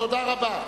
תודה רבה.